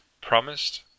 promised